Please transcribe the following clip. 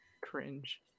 cringe